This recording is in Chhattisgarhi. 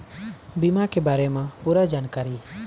बीमा के बारे म पूरा जानकारी?